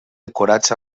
decorats